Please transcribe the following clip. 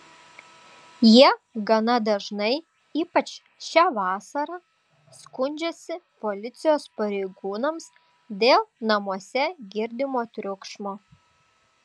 jie gana dažnai ypač šią vasarą skundžiasi policijos pareigūnams dėl namuose girdimo triukšmo